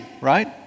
right